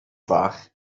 fach